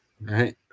right